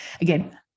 again